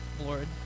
Lord